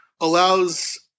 allows